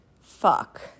fuck